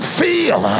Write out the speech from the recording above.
feel